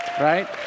Right